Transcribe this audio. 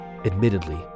Admittedly